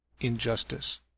injustice